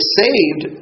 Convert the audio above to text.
saved